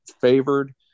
favored